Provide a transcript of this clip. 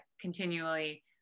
continually